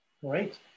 Great